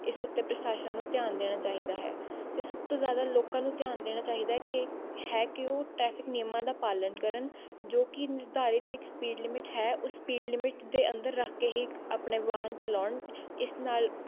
ਇਸ ਉੱਤੇ ਪ੍ਰਸ਼ਾਸਨ ਨੂੰ ਧਿਆਨ ਦੇਣਾ ਚਾਹੀਦਾ ਹੈ ਅਤੇ ਸਭ ਤੋਂ ਜ਼ਿਆਦਾ ਲੋਕਾਂ ਨੂੰ ਧਿਆਨ ਦੇਣਾ ਚਾਹੀਦਾ ਹੈ ਕਿ ਹੈ ਕਿ ਉਹ ਟ੍ਰੈਫ਼ਿਕ ਨਿਯਮਾਂ ਦਾ ਪਾਲਣ ਕਰਨ ਜੋ ਕਿ ਨਿਰਧਾਰਿਤ ਇੱਕ ਸਪੀਡ ਲਿਮਟ ਹੈ ਉਹ ਸਪੀਡ ਲਿਮਟ ਦੇ ਅੰਦਰ ਰੱਖ ਕੇ ਹੀ ਆਪਣੇ ਵਾਹਨ ਚਲਾਉਣ ਇਸ ਨਾਲ